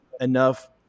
enough